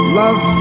love